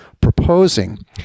proposing